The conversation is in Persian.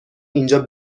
اینجا